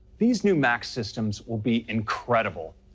these new mac systems will be incredible,